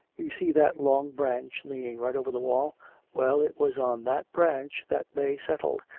you see that long branch leaning right over the wall well, it was on that branch that they settled,